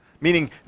Meaning